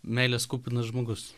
meilės kupinas žmogus